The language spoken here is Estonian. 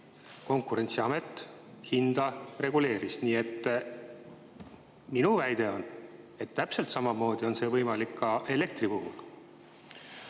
Konkurentsiamet seal hinda reguleeris. Nii et minu väide on, et täpselt samamoodi on see võimalik ka elektri puhul.